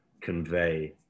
convey